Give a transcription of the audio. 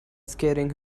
scaring